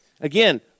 Again